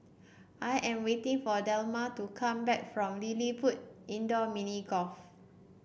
I am waiting for Delma to come back from LilliPutt Indoor Mini Golf